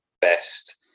best